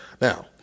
Now